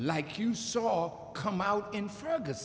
like you saw come out in front of the